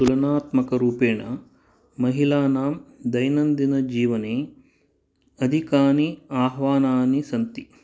तुलनात्मकरूपेण महिलानां दैनन्दिनजीवने अधिकानि आह्वानानि सन्ति